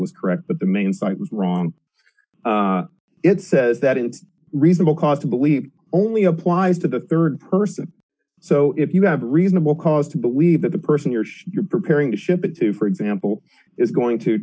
was correct but the main site was wrong it says that it's reasonable cause to believe only applies to the rd person so if you have reasonable cause to believe that the person you're sure preparing to ship it to for example is going to